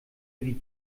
wie